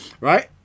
right